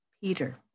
Peter